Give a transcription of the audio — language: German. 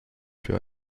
für